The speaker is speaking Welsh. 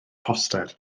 poster